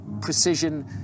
precision